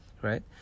Right